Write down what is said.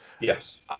Yes